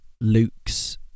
Luke's